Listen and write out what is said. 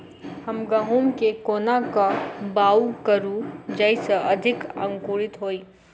हम गहूम केँ कोना कऽ बाउग करू जयस अधिक अंकुरित होइ?